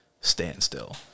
standstill